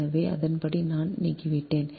எனவே அதன்படி நான் நீக்கிவிட்டேன்